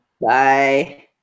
Bye